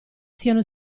siano